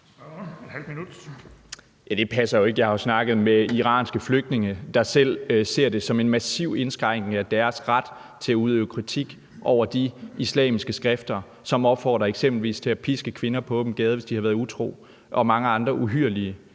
Det passer jo ikke. Jeg har snakket med iranske flygtninge, der selv ser det som en massiv indskrænkning af deres ret til at udøve kritik af de islamiske kræfter, som opfordrer eksempelvis til at piske kvinder på åben gade, hvis de har været utro, og mange andre uhyrlige